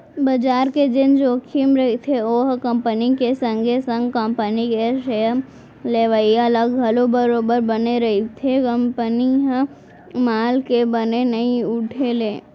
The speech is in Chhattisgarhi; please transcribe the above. बजार के जेन जोखिम रहिथे ओहा कंपनी के संगे संग कंपनी के सेयर लेवइया ल घलौ बरोबर बने रहिथे कंपनी के माल के बने नइ उठे ले